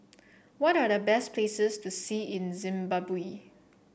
what are the best places to see in Zimbabwe